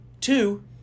Two